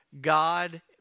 God